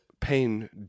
pain